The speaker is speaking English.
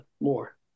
more